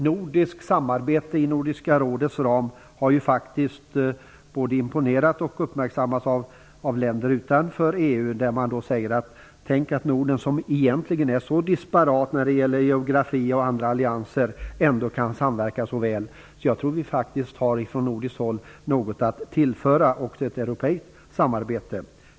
Nordiskt samarbete inom Nordiska rådets ram har ju faktiskt både imponerat och uppmärksammats av länder utanför EU, där man säger: Tänk att Norden, som egenligen är så disparat när det gäller geografi och andra allianser, ändå kan samverka så väl. Jag tror att vi från nordiskt håll faktiskt har något att tillföra också i ett europeiskt samarbete.